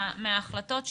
מההחלטות שלנו.